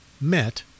met